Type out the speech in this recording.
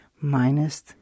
minus